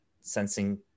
sensing